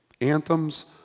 Anthems